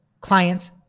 clients